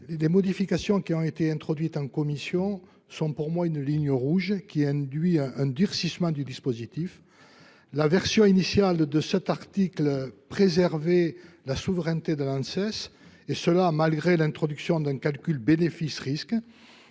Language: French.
les modifications qui ont été introduites en commission sont pour moi une ligne rouge, car elles induisent un durcissement du dispositif. La version initiale de cet article préservait la souveraineté de l'Anses, et ce malgré l'introduction d'un calcul bénéfices-risques.